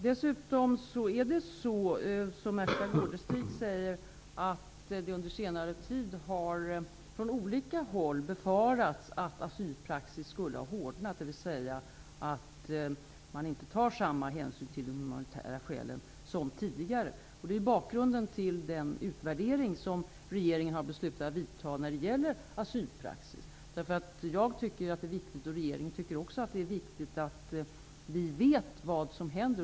Dessutom är det så som Märtha Gårdestig sade; under senare tid har det på olika håll befarats att asylpraxis skulle ha hårdnat, dvs. att samma hänsyn inte tas till humanitära skäl som tidigare. Det är bakgrunden till den utvärdering som regeringen har beslutat göra av asylpraxis. Både jag och den övriga regeringen tycker att det är viktigt att veta vad som händer.